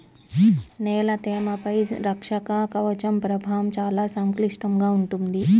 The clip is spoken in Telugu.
నేల తేమపై రక్షక కవచం ప్రభావం చాలా సంక్లిష్టంగా ఉంటుంది